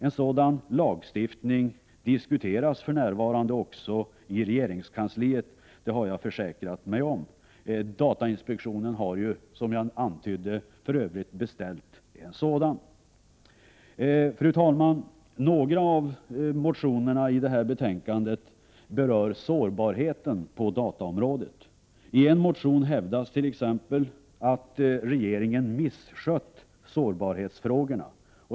En sådan lagstiftning diskuteras för närvarande i regeringskansliet, det har jag försäkrat mig om. Datainspektionen har, som jag antydde, för övrigt beställt en sådan. Fru talman! Några av motionerna i detta betänkande berör sårbarheten på dataområdet. I en motion hävdas t.ex. att regeringen misskött sårbarhetsfrågorna.